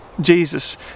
Jesus